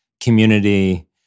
community